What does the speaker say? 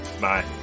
Bye